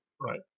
Right